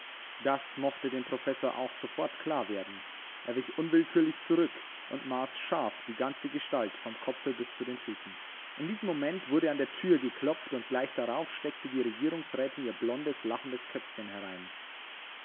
das mochte dem professor auch sofort klar werden er wich unwillkürlich zurück und maß scharf die ganze gestalt vom kopfe bis zu den füßen in diesem moment wurde an die thür geklopft und gleich darauf steckte die regierungsrätin ihr blondes lachendes köpfchen herein